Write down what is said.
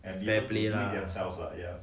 and they're blaming themselves lah ya